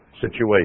situation